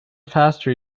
faster